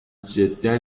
جدا